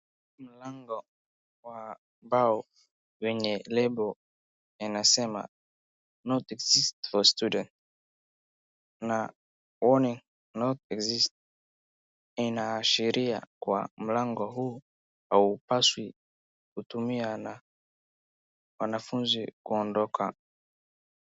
Mlango ya mbao wenye lebo inasema NO EXIT FOR STUDENTS na huu ni NO EXIT ,inaashiria kuwa mlango huu haupaswi kutumia na wanafunzi kuondoka.